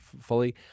fully